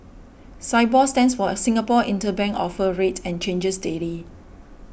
Sibor stands for a Singapore Interbank Offer Rate and changes daily